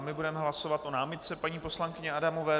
Budeme hlasovat o námitce paní poslankyně Adamové.